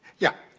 yeah,